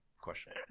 question